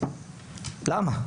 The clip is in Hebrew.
למה?